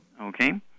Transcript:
Okay